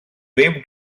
wave